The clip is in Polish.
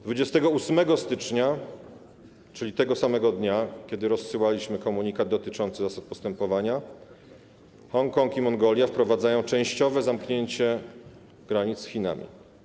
28 stycznia, czyli tego samego dnia, kiedy rozsyłaliśmy komunikat dotyczący zasad postępowania, Hongkong i Mongolia wprowadzają częściowe zamknięcie granic z Chinami.